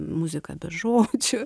muzika be žodžių